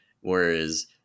whereas